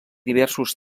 diversos